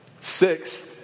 Sixth